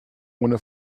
ohne